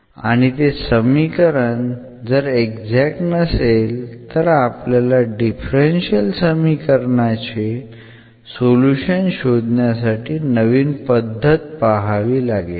आणि ते समीकरण जर एक्झॅक्ट नसेल तर आपल्याला डिफरन्शियल समीकरणाचे सोल्युशन शोधण्यासाठी नवीन पद्धत पाहावी लागेल